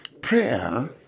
Prayer